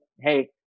hey